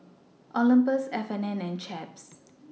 Olympus F and N and Chaps